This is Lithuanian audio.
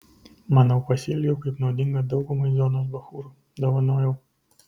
manau pasielgiau kaip naudinga daugumai zonos bachūrų dovanojau